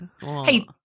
Hey